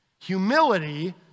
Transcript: Humility